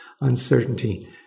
uncertainty